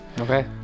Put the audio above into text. Okay